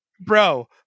bro